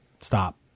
Stop